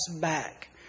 back